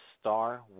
star